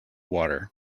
water